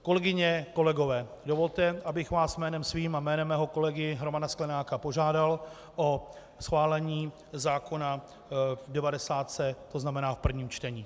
Kolegyně, kolegové, dovolte, abych vás jménem svým a jménem mého kolegy Romana Sklenáka požádal o schválení zákona v devadesátce, to znamená v prvním čtení.